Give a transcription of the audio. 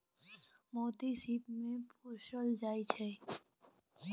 मोती सिप मे पोसल जाइ छै